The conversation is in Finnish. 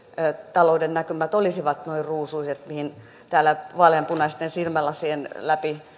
talouden näkymät olisivat noin ruusuiset mihin täällä vaaleanpunaisten silmälasien läpi